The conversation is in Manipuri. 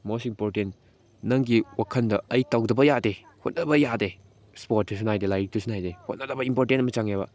ꯃꯣꯁ ꯏꯝꯄꯣꯔꯇꯦꯟ ꯅꯪꯒꯤ ꯋꯥꯈꯟꯗ ꯑꯩ ꯇꯧꯗꯕ ꯌꯥꯗꯦ ꯍꯣꯠꯅꯕ ꯌꯥꯗꯦ ꯏꯁꯄꯣꯔꯠꯇꯁꯨ ꯅꯥꯏꯗꯦ ꯂꯥꯏꯔꯤꯛꯇꯁꯨ ꯅꯥꯏꯗꯦ ꯍꯣꯠꯅꯒꯗꯕ ꯏꯝꯄꯣꯔꯇꯦꯟ ꯑꯃ ꯆꯪꯉꯦꯕ